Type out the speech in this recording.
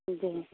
जी